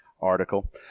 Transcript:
article